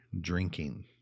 drinking